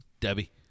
Debbie